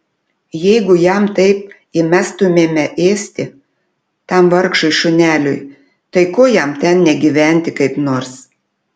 jeigu jam taip įmestumėme ėsti tam vargšui šuneliui tai ko jam ten negyventi kaip nors